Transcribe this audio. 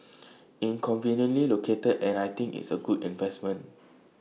in conveniently located and I think it's A good investment